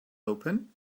open